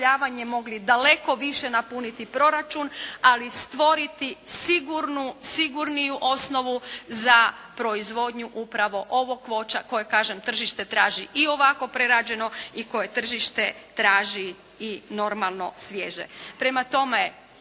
mogli daleko više napuniti proračun ali stvoriti sigurniju osnovu za proizvodnju upravo ovog voća koje tržište traži i ovako prerađeno i koje tržište traži i normalno svježe.